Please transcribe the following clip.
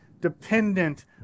dependent